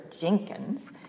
Jenkins